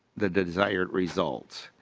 the desired results.